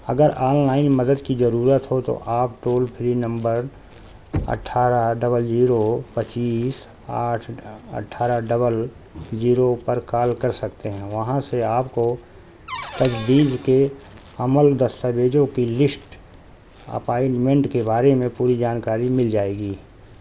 اگر آنلائن مدد کی ضرورت ہو تو آپ ٹول پھری نمبر اٹھارہ ڈبل جیرو پچیس آٹھ اٹھارہ ڈبل جیرو پر کال کر سکتے ہیں وہاں سے آپ کو تجدید کے عمل دستاویزوں کی لشٹ اپائنٹمنٹ کے بارے میں پوری جانکاری مل جائے گی